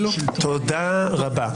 תודה רבה.